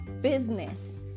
business